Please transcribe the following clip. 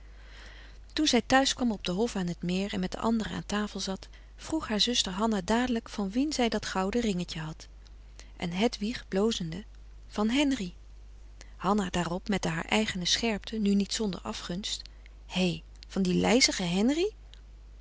toen zij thuis kwam op den hof aan t meer en met de anderen aan tafel zat vroeg haar zuster hanna dadelijk van wien zij dat gouden ringetje had en hedwig blozende van henri hanna daarop met de haar eigene scherpte nu niet zonder afgunst hé van die lijzige henri